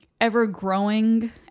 ever-growing